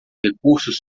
recursos